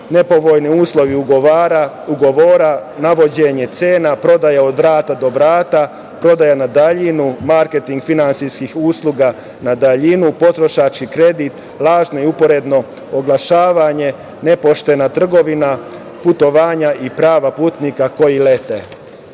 nepovoljni uslovi ugovora, navođenje cena prodaja od vrata do vrata, prodaja na daljinu, marketing finansijskih usluga na daljinu, potrošački kredit, lažno i uporedno oglašavanje, nepoštena trgovina, putovanja i prava putnika koji